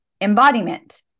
embodiment